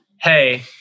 hey